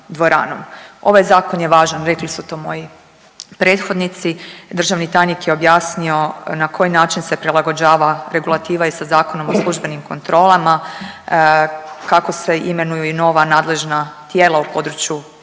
Ovaj zakon je važan, rekli su to moji prethodnici, državni tajnik je objasnio na koji način se prilagođava regulativa i sa Zakonom o službenim kontrolama, kako se imenuju i nova nadležna tijela u području